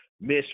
miss